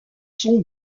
son